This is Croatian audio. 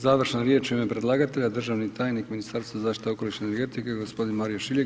Završna riječ u ime predlagatelja državni tajnik Ministarstva zaštite okoliša i energetike gospodin Mario Šiljeg.